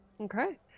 Okay